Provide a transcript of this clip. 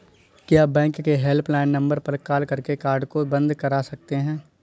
क्या बैंक के helpline number पर कॉल करके कार्ड को बंद करा सकते हैं?